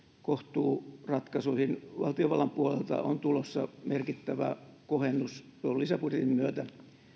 kohtuuratkaisuihin valtiovallan puolelta on tulossa merkittävä kohennus lisäbudjetin myötä